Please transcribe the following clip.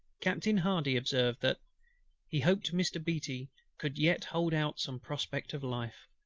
captain hardy observed, that he hoped mr. beatty could yet hold out some prospect of life.